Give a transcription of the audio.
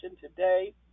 today